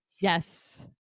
Yes